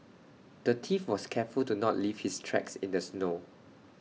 the thief was careful to not leave his tracks in the snow